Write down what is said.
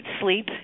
sleep